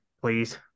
Please